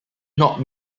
not